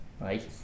Right